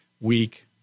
week